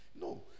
No